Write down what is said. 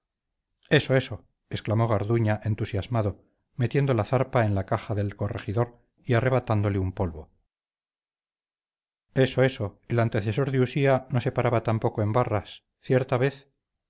eso eso exclamó garduña entusiasmado metiendo la zarpa en la caja del corregidor y arrebatándole un polvo eso eso el antecesor de usía no se paraba tampoco en barras cierta vez